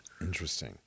Interesting